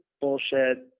bullshit